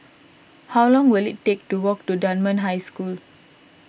how long will it take to walk to Dunman High School